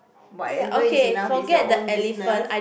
whatever is enough is your own business